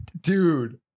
Dude